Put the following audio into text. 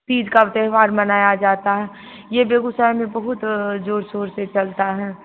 तीज का त्यौहार मनाया जाता है ये बेगूसराय में बहुत जोर शोर से चलता है